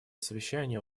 совещания